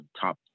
top